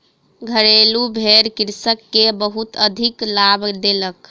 घरेलु भेड़ कृषक के बहुत अधिक लाभ देलक